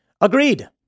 Agreed